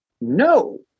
No